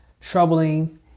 troubling